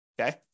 okay